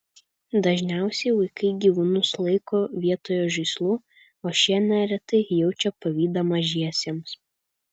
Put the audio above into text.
dažniausiai vaikai gyvūnus laiko vietoj žaislų o šie neretai jaučia pavydą mažiesiems